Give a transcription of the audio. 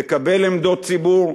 לקבל עמדות ציבור.